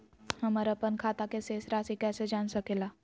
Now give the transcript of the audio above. हमर अपन खाता के शेष रासि कैसे जान सके ला?